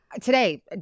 today